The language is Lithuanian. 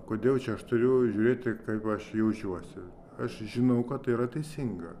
kodėl čia aš turiu žiūrėti kaip aš jaučiuosi aš žinau kad tai yra teisinga